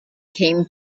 came